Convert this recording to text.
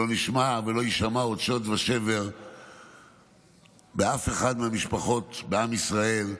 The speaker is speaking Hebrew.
שלא נשמע ולא יישמע עוד שוד ושבר באף אחת מהמשפחות בעם ישראל,